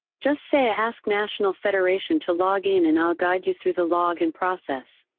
just say ask national federation to login and i'll guide you through the login process.